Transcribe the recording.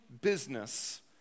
business